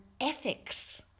ethics